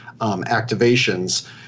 activations